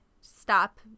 stop